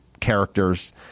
characters